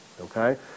okay